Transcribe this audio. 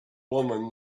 woman